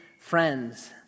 friends